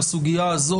בסוגיה הזאת,